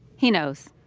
he knows.